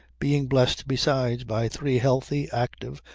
being blessed besides by three healthy, active,